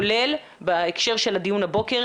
כולל בהקשר של הדיון הבוקר,